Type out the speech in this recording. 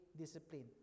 discipline